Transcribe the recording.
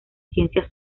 ciencias